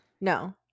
No